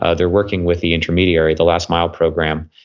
ah they're working with the intermediary, the last mile program.